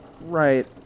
right